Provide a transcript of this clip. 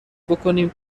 بکنیم